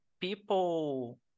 people